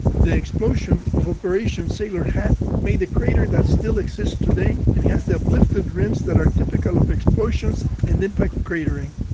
the explosion of operation sailor hat made a crater that still exists today and has the uplifted rims that are typical of explosions and impact cratering.